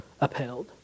upheld